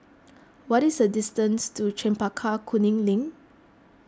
what is the distance to Chempaka Kuning Link